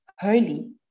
holy